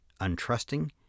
untrusting